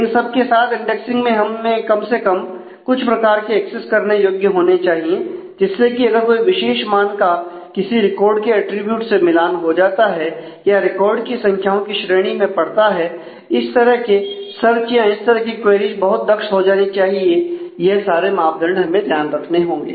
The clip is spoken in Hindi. इन सबके साथ इंडेक्सिंग में हम कम से कम कुछ प्रकार के एक्सेस करने योग्य होने चाहिए जिसमें की अगर कोई विशेष मान का किसी रिकॉर्ड के अटरीब्यूट से मिलान हो जाता है या रिकॉर्ड की संख्याओं की श्रेणी में पड़ता है इस तरह के सर्च या इस तरह की क्वेरीज बहुत दक्ष हो जानी चाहिए यह सारे मापदंड हमें ध्यान रखने होंगे